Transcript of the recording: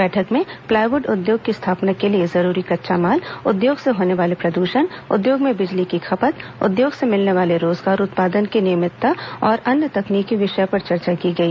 बैठक में प्लाईवुड उद्योग की स्थापना के लिए जरूरी कच्चा माल उद्योग से होने वाले प्रद्षण उद्योग में बिजली की खपत उद्योग से मिलने वाले रोजगार उत्पादन की नियमितता और अन्य तकनीकी विषयों पर चर्चा की गई